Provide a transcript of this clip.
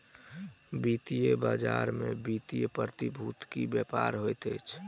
वित्तीय बजार में वित्तीय प्रतिभूतिक व्यापार होइत अछि